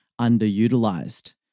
underutilized